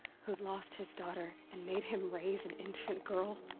who'd lost his daughter, and made him raise an infant girl?